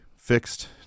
fixed